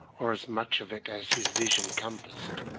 or as much of it as his vision compassed,